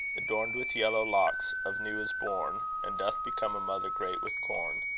adorned with yellow locks, of new is born, and doth become a mother great with corn,